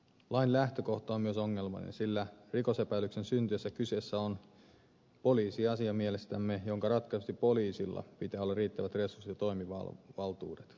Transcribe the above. lain lähtökohta on myös ongelmallinen sillä rikosepäilyksen syntyessä kyseessä on mielestämme poliisiasia jonka ratkaisemiseksi poliisilla pitää olla riittävät resurssit ja toimivaltuudet